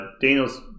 Daniels